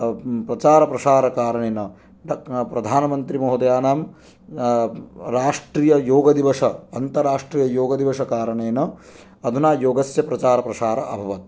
प्रचारप्रसारकारणेन प्रधानमन्त्रीमहोदयानां राष्ट्रीययोगदिवस अन्तराष्ट्रीययोगदिवसकारणेन अधुना योगस्य प्रचारप्रसारम् अभवत्